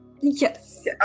yes